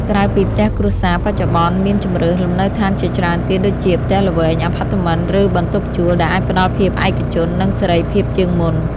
ក្រៅពីផ្ទះគ្រួសារ បច្ចុប្បន្នមានជម្រើសលំនៅឋានជាច្រើនទៀតដូចជា ផ្ទះល្វែង អាផាតមិន ឬបន្ទប់ជួល ដែលអាចផ្តល់ភាពឯកជន និងសេរីភាពជាងមុន។